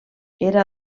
era